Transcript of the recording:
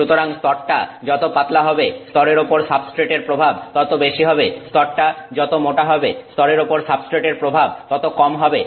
সুতরাং স্তরটা যত পাতলা হবে স্তরের উপর সাবস্ট্রেটের প্রভাব তত বেশি হবে স্তরটা যত মোটা হবে স্তরের উপর সাবস্ট্রেটের প্রভাব তত কম হবে